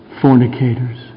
fornicators